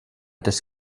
des